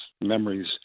memories